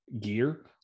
gear